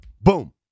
boom